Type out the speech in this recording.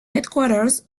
headquarters